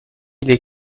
lès